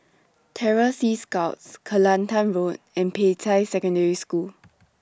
Terror Sea Scouts Kelantan Road and Peicai Secondary School